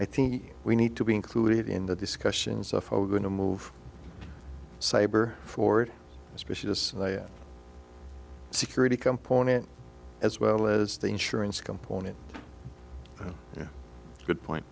i think we need to be included in the discussion so far we're going to move saber forward especially this security component as well as the insurance component good point